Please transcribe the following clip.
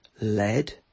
lead